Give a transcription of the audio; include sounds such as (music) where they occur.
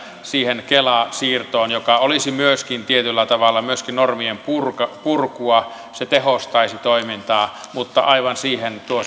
siihen kela siirtoon joka olisi tietyllä tavalla myöskin normien purkua se tehostaisi toimintaa mutta aivan siihen tuo (unintelligible)